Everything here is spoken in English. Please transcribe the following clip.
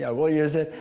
yeah we'll use it.